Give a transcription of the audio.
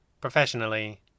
professionally